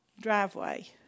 driveway